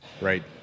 right